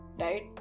right